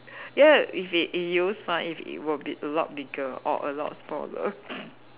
ya if it in use mah if it were be a lot bigger or a lot smaller